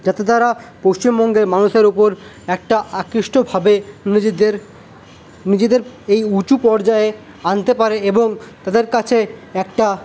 যাতে তারা পশ্চিমবঙ্গের মানুষের উপর একটা আকৃষ্টভাবে নিজেদের নিজেদের এই উঁচু পর্যায়ে আনতে পারে এবং তাদের কাছে একটা